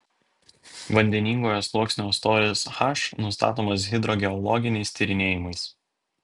vandeningojo sluoksnio storis h nustatomas hidrogeologiniais tyrinėjimais